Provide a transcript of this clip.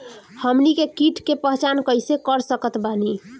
हमनी के कीट के पहचान कइसे कर सकत बानी?